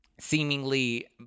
seemingly